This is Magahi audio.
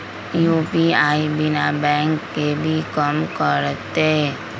यू.पी.आई बिना बैंक के भी कम करतै?